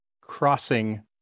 crossing